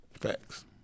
Facts